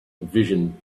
vision